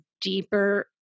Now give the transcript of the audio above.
deeper